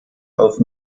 auf